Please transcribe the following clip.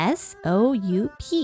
s-o-u-p